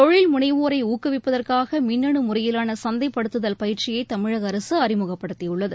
தொழில்முனைவோரை ஊக்குவிப்பதற்காக மின்னனு முறையிலான சந்தைப்படுத்துதல் பயிற்சியை தமிழக அரசு அறிமுகப்படுத்தியுள்ளது